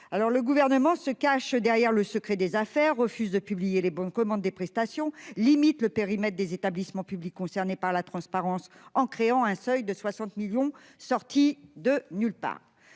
Alors le gouvernement se cachent derrière le secret des affaires refuse de publier les bons de commande des prestations limitent le périmètre des établissements publics concernés par la transparence en créant un seuil de 60 millions, sorti de nulle part.